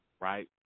Right